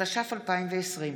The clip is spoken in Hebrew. התש"ף 2020,